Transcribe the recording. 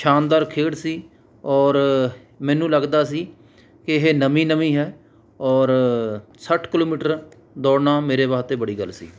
ਸ਼ਾਨਦਾਰ ਖੇਡ ਸੀ ਔਰ ਮੈਨੂੰ ਲੱਗਦਾ ਸੀ ਇਹ ਨਵੀਂ ਨਵੀਂ ਹੈ ਔਰ ਸੱਠ ਕਿੱਲੋਮੀਟਰ ਦੌੜਨਾ ਮੇਰੇ ਵਾਸਤੇ ਬੜੀ ਗੱਲ ਸੀ